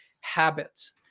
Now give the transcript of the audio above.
habits